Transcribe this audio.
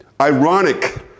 ironic